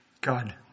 God